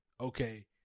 Okay